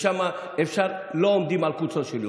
ושם לא עומדים על קוצו של יו"ד,